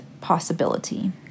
possibility